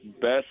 best